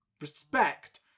respect